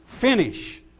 finish